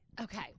Okay